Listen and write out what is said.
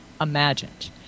imagined